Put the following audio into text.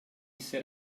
ser